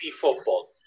football